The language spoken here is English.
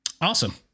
awesome